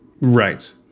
Right